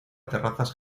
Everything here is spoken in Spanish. terrazas